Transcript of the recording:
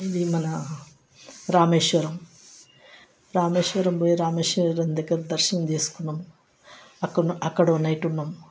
ఇది మన రామేశ్వరం రామేశ్వరం పోయి రామేశ్వరం దగ్గర దర్శనం చేసుకున్నాం అక్కడ అక్కడ ఒక నైట్ ఉన్నాం